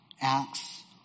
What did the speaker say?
acts